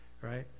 right